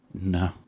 No